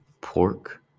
pork